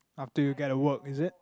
after you get a work is it